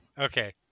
okay